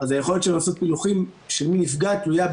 אז היכולת לעשות פילוחים של מי נפגע תלויה,